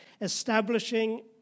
establishing